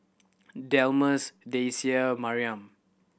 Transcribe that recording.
Delmus Daisye Maryam